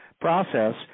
process